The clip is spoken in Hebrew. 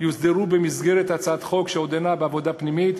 יוסדרו במסגרת הצעת חוק שעודנה בעבודה פנימית.